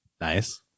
nice